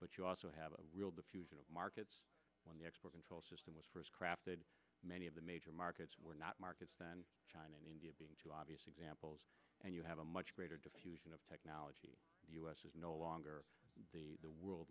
but you also have a real diffusion of markets when the export control system was first crafted many of the major markets were not markets then china and india being too obvious examples and you have a much greater diffusion of technology the u s is no longer the world